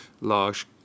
large